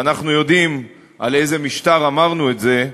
ואנחנו יודעים על איזה משטר אמרנו את זה,